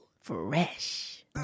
fresh